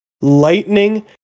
lightning